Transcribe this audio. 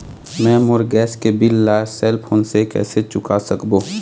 मैं मोर गैस के बिल ला सेल फोन से कइसे चुका सकबो?